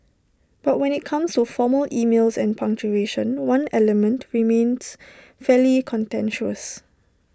but when IT comes to formal emails and punctuation one element remains fairly contentious